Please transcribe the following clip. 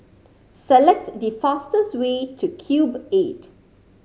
select the fastest way to Cube Eight